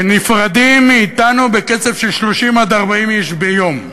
שנפרדים מאתנו בקצב של 30 40 איש ביום,